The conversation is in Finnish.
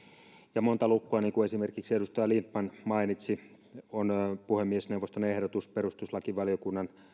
ja monta luukkua niin kuin esimerkiksi edustaja lindtman mainitsi on puhemiesneuvoston ehdotus perustuslakivaliokunnan